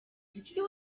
you